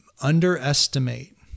underestimate